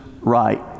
right